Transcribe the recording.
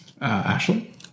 Ashley